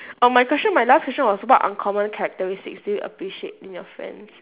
oh my question my last question was what uncommon characteristics do you appreciate in your friends